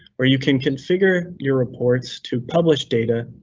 where you can configure your reports to publish data,